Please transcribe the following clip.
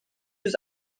yüz